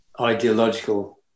ideological